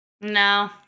No